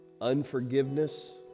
unforgiveness